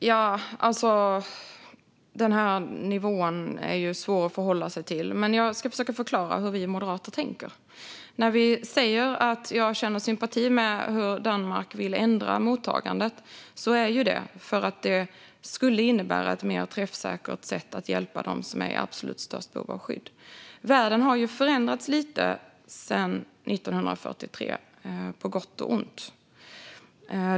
Fru talman! Den här nivån är svår att förhålla sig till. Men jag ska försöka förklara hur vi moderater tänker. När jag säger att jag känner sympati för hur Danmark vill ändra mottagandet är det för att det skulle innebära ett mer träffsäkert sätt att hjälpa dem som är i absolut störst behov av skydd. Världen har ju förändrats lite sedan 1943, på gott och ont.